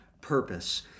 purpose